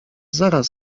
zaraz